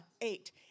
Eight